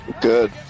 Good